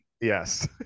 Yes